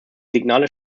signale